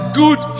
good